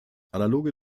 analoge